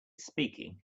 speaking